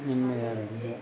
நிம்மதியாக இருக்குது